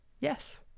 yes